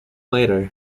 later